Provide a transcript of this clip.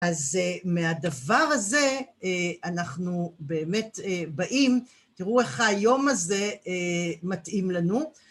אז מהדבר הזה אנחנו באמת באים, תראו איך היום הזה מתאים לנו.